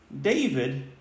David